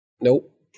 Nope